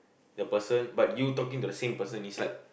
the person but you talking to the same person is like